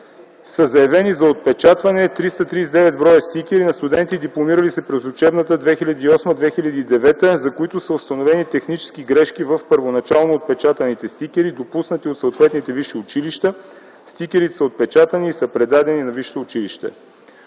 са заявени за отпечатване 339 бр. стикери на студенти, дипломирали се през учебната 2008-2009 г., за които са установени технически грешки в първоначално отпечатаните стикери, допуснати от съответните висши училища. Стикерите са отпечатани и са предадени на висшите училища.